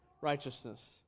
righteousness